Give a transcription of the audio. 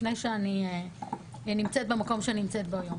לפני שאני נמצאת במקום שאני נמצאת בו היום.